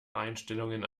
einstellungen